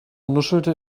nuschelte